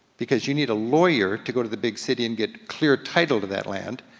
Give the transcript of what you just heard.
because you need a lawyer to go to the big city and get clear title to that land.